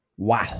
Wow